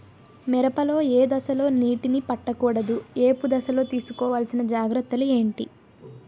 మిరప లో ఏ దశలో నీటినీ పట్టకూడదు? ఏపు దశలో తీసుకోవాల్సిన జాగ్రత్తలు ఏంటి?